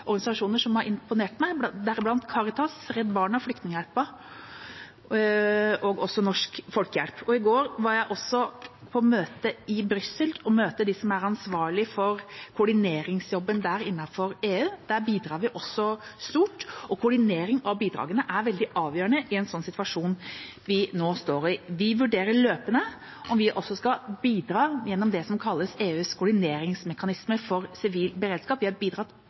organisasjoner som har imponert meg, deriblant Caritas, Redd Barna, Flyktninghjelpen og Norsk Folkehjelp. I går møtte jeg i Brussel også de som er ansvarlig for koordineringsjobben innenfor EU. Der bidrar vi også stort. Koordinering av bidragene er veldig avgjørende i en slik situasjon som vi nå står i. Vi vurderer løpende om vi også skal bidra gjennom det som kalles EUs koordineringsmekanisme for sivil beredskap. Vi har bidratt